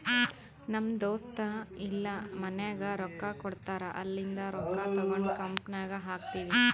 ನಮ್ ದೋಸ್ತ ಇಲ್ಲಾ ಮನ್ಯಾಗ್ ರೊಕ್ಕಾ ಕೊಡ್ತಾರ್ ಅಲ್ಲಿಂದೆ ರೊಕ್ಕಾ ತಗೊಂಡ್ ಕಂಪನಿನಾಗ್ ಹಾಕ್ತೀನಿ